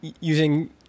using